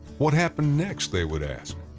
what happened next, they would ask.